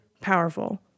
powerful